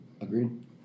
Agreed